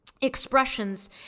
expressions